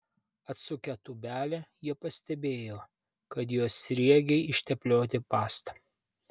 atsukę tūbelę jie pastebėjo kad jos sriegiai išteplioti pasta